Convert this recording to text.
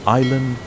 island